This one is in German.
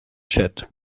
chat